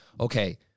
okay